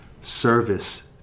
service